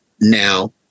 Now